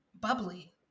bubbly